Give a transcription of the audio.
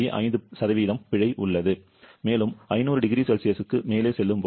5 பிழை உள்ளது மேலும் 500 0C க்கு மேலே செல்லும்போது பிழை 0